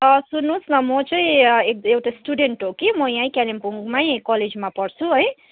सुन्नुहोस् न म चाहिँ एक एउटा स्टुडेन्ट हो कि म यहीँ कालिम्पोङमै कलेजमा पढ्छु है